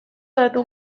datu